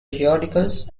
periodicals